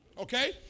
Okay